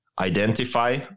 identify